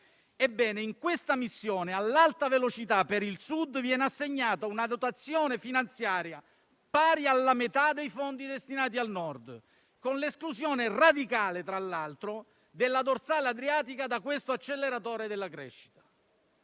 in questa missione all'Alta velocità per il Sud viene assegnata una dotazione finanziaria pari alla metà dei fondi destinati al Nord, con l'esclusione radicale, tra l'altro, della dorsale adriatica da questo acceleratore della crescita.